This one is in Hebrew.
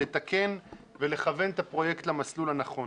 לתקן ולכוון את הפרויקט למסלול הנכון.